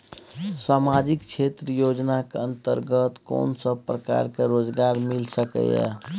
सामाजिक क्षेत्र योजना के अंतर्गत कोन सब प्रकार के रोजगार मिल सके ये?